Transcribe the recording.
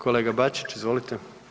Kolega Bačić, izvolite.